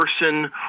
person